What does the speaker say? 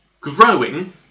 growing